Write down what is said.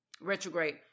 retrograde